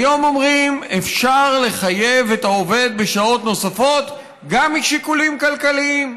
והיום אומרים שאפשר לחייב את העובד בשעות נוספות גם משיקולים כלכליים.